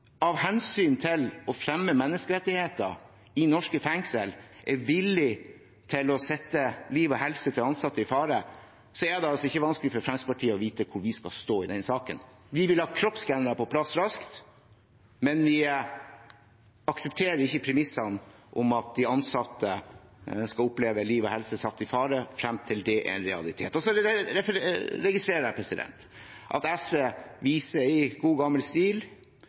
av hensyn til å fremme menneskerettigheter i norske fengsel, er villig til å sette liv og helse til ansatte i fare, er det ikke vanskelig for Fremskrittspartiet å vite hvor vi skal stå i den saken. Vi vil ha kroppsskannere på plass raskt, men vi aksepterer ikke premisset om at de ansatte skal oppleve at liv og helse er satt i fare frem til det er en realitet. Så registrerer jeg at SV i god gammel stil